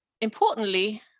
importantly